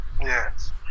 Yes